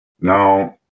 now